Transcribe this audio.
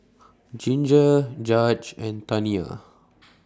Ginger Judge and Taniya